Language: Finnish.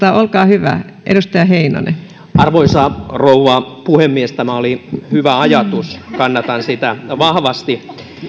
arvoisa rouva puhemies tämä oli hyvä ajatus kannatan sitä vahvasti